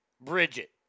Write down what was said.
Bridget